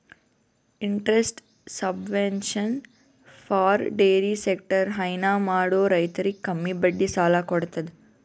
interest subvention for dairy sector ಹೈನಾ ಮಾಡೋ ರೈತರಿಗ್ ಕಮ್ಮಿ ಬಡ್ಡಿ ಸಾಲಾ ಕೊಡತದ್